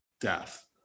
death